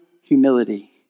humility